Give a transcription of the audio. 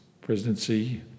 presidency